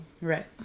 Right